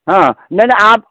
हँ नहि नहि आब